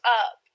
up